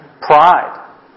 Pride